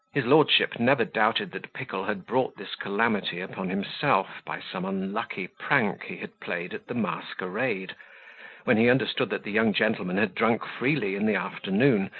his lordship never doubted that pickle had brought this calamity upon himself by some unlucky prank he had played at the masquerade when he understood that the young gentleman had drunk freely in the afternoon,